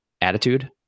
attitude